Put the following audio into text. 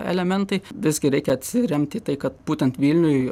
elementai visgi reikia atsiremti į tai kad būtent vilniuj